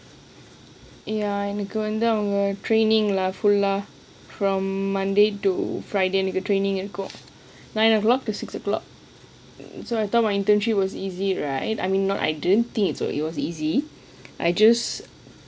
eh I'm going down for training lah full ஆஹ்:fullah from monday to friday இருக்கும்:irukkum training and internship is easy